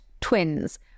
twins